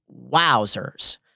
wowzers